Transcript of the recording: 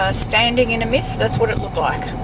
ah standing in a mist, that's what it looked like,